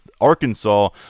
Arkansas